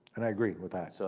and i agree with that. so